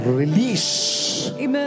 release